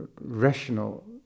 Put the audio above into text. rational